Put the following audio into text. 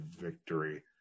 victory